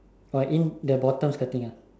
uh in the bottom skirting ah